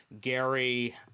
Gary